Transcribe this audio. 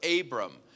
Abram